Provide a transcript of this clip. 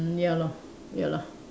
ya lor ya lah